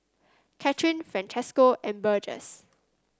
Kathrine Francesco and Burgess